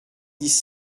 dix